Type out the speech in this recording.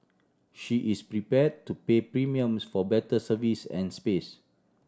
she is prepared to pay premiums for better service and space